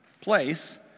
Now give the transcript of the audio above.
place